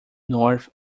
north